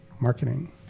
marketing